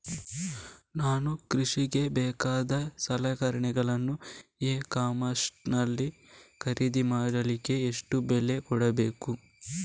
ನಾನು ಕೃಷಿಗೆ ಬೇಕಾದ ಸಲಕರಣೆಗಳನ್ನು ಇ ಕಾಮರ್ಸ್ ನಲ್ಲಿ ಖರೀದಿ ಮಾಡಲಿಕ್ಕೆ ಎಷ್ಟು ಬೆಲೆ ಕೊಡಬೇಕು?